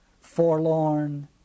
forlorn